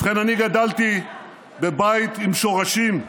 ובכן, אני גדלתי בבית עם שורשים,